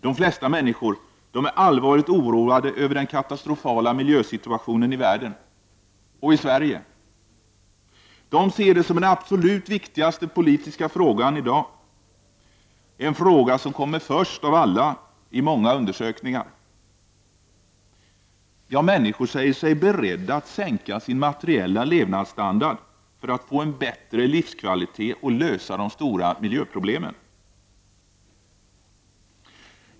De flesta människor är allvarligt oroade över den katastrofala miljösituationen i världen och i Sverige. De ser det som den absolut viktigaste frågan i dag, en fråga som kommer först av alla i många undersökningar. Människor säger sig vara beredda att sänka sin materiella levnadsstandard för att få en bättre livskvalitet och lösa de stora miljöproblemen.